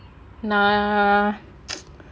uh